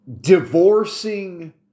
divorcing